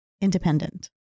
independent